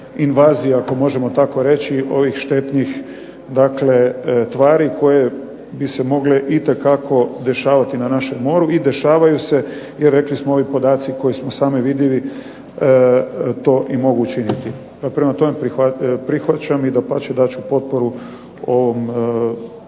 invazije ako možemo tako reći ovih štetnih tvari koje bi se mogle itekako dešavati na našem moru i dešavaju se. I rekli smo ovi podaci koji su sami vidljivi to i mogu učiniti. Pa prema tome, prihvaćam i dapače dat ću potporu ovom prijedlogu